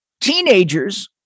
teenagers